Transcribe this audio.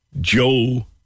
Joe